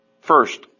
First